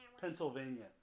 Pennsylvania